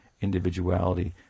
individuality